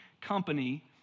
company